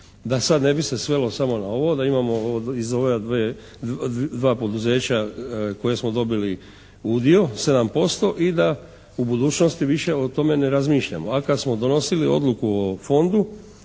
da sada ne bi se svelo samo na ovo, da imamo iz ova dva poduzeća koje smo dobili udio 7% i da u budućnosti više o tome ne razmišljamo. A kada smo donosili odluku o fondu